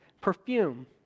perfume